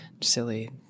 silly